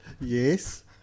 Yes